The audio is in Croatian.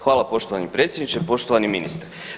Hvala poštovani predsjedniče, poštovani ministre.